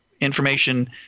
information